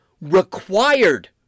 required